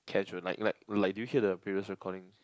casual like like like do you hear the previous recording